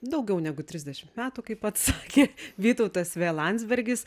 daugiau negu trisdešimt metų kai pats sakė vytautas v landsbergis